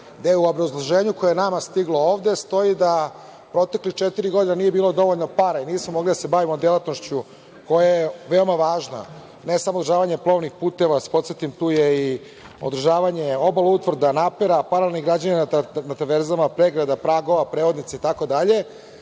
gde u obrazloženju koje je nama stiglo ovde stoji da u protekle četiri godine nije bilo dovoljno para i nismo mogli da se bavimo delatnošću koja je veoma važna, ne samo za održavanje po plovnih puteva, da vas podsetim, tu je i održavanje obaloutvrda, napera, panalnih građevina na tarvezama, pregrada, pragova, prevodnica itd,